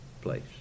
place